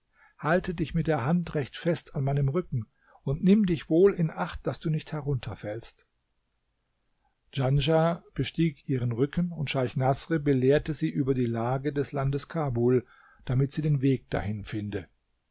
halte dich mit der hand recht fest an meinem rücken und nimm dich wohl in acht daß du nicht herunterfällst djanschah bestieg ihren rücken und scheich naßr belehrte sie über die lage des landes kabul damit sie den weg dahin finde